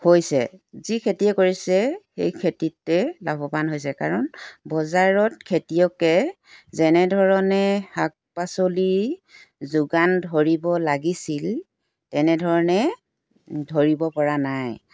হৈছে যি খেতিয়ে কৰিছে সেই খেতিতে লাভৱান হৈছে কাৰণ বজাৰত খেতিয়কে যেনেধৰণে শাক পাচলি যোগান ধৰিব লাগিছিল তেনেধৰণে ধৰিব পৰা নাই